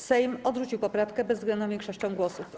Sejm odrzucił poprawkę bezwzględną większością głosów.